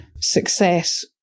success